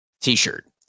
t-shirt